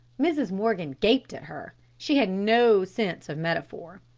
mrs. morgan gaped at her. she had no sense of metaphor.